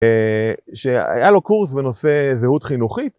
שהיה לו קורס בנושא זהות חינוכית.